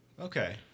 okay